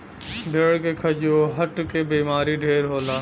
भेड़ के खजुहट के बेमारी ढेर होला